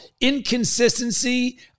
inconsistency